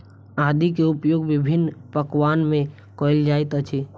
आदी के उपयोग विभिन्न पकवान में कएल जाइत अछि